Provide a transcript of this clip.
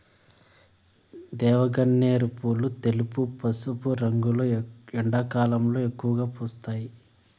దేవగన్నేరు పూలు తెలుపు, పసుపు రంగులో ఎండాకాలంలో ఎక్కువగా పూస్తాయి